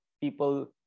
people